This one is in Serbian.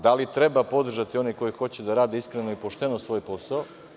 Da li treba podržati one koji hoće da rade iskreno i pošteno svoj posao?